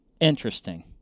Interesting